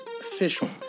official